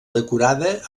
decorada